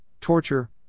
torture